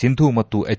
ಸಿಂಧು ಮತ್ನು ಎಚ್